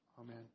Amen